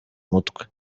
umutwe